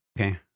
Okay